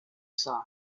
side